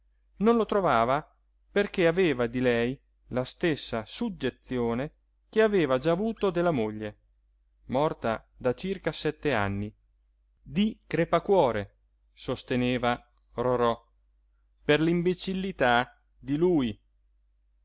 non lo trovava perché aveva di lei la stessa suggezione che aveva già avuto della moglie morta da circa sette anni di crepacuore sosteneva rorò per la imbecillità di lui